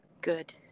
Good